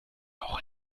auch